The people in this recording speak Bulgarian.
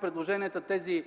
предлаганите